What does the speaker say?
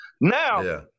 Now